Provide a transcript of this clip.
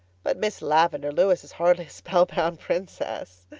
but miss lavendar lewis is hardly a spellbound princess,